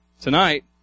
Tonight